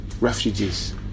refugees